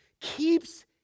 keeps